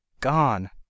Gone